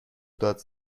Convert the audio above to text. داد